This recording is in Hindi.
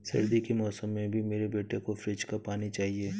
सर्दी के मौसम में भी मेरे बेटे को फ्रिज का पानी चाहिए